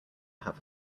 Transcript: have